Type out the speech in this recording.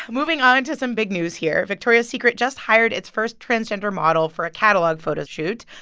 moving on into some big news here. victoria's secret just hired its first transgender model for a catalog photoshoot.